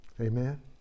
Amen